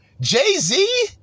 Jay-Z